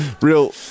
Real